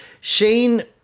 Shane